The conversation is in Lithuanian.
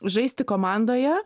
žaisti komandoje